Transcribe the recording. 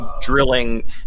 drilling